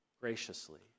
graciously